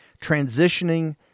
transitioning